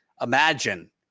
imagine